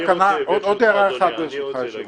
עוד הערה אחת ברשותך אדוני היושב-ראש.